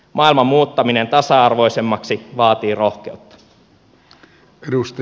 maailman muuttaminen tasa arvoisemmaksi vaatii rohkeutta